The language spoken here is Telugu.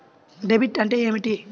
డెబిట్ అంటే ఏమిటి?